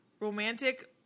Romantic